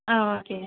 ஆ okay